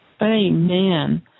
Amen